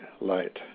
light